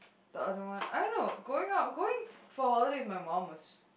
the other one I don't know going out going for holidays with my mum was